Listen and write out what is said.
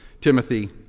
Timothy